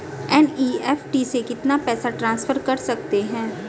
NEFT से कितना पैसा ट्रांसफर कर सकते हैं?